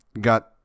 got